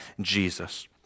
Jesus